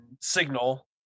Signal